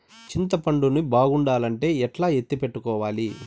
చింతపండు ను బాగుండాలంటే ఎట్లా ఎత్తిపెట్టుకోవాలి?